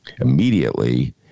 immediately